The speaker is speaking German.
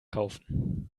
kaufen